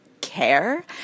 care